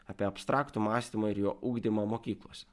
apie abstraktų mąstymą ir jo ugdymą mokyklose